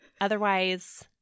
Otherwise